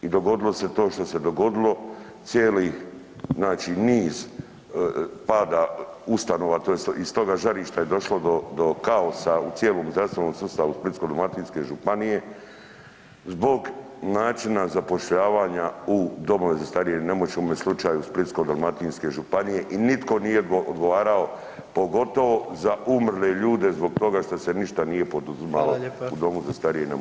I dogodilo se to što se dogodilo, cijeli znači niz pada ustanova, tu iz toga žarišta je došlo do kaosa u cijelom zdravstvenom sustavu Splitsko-dalmatinske županije zbog načina zapošljavanja u domove za starije i nemoćne, u ovome slučaju Splitsko-dalmatinske županije i nitko nije odgovarao, pogotovo za umrle ljude zbog toga što se ništa nije poduzimalo u domu za starije i nemoćne.